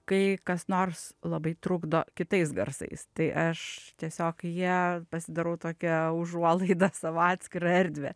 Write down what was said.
kai kas nors labai trukdo kitais garsais tai aš tiesiog ja pasidarau tokią užuolaidą savo atskirą erdvę